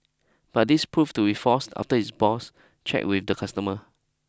but this proved to be false after his boss checked with the customers